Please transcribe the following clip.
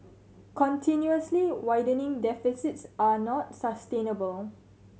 continuously widening deficits are not sustainable